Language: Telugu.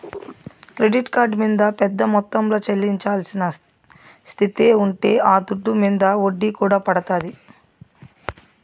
క్రెడిట్ కార్డు మింద పెద్ద మొత్తంల చెల్లించాల్సిన స్తితే ఉంటే ఆ దుడ్డు మింద ఒడ్డీ కూడా పడతాది